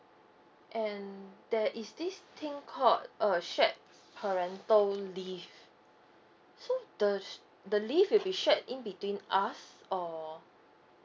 mm there is this thing called uh shared parental leave so the sh~ the leave will be shared in between us or